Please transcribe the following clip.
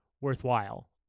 worthwhile